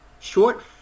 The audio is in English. short